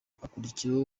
hakurikiyeho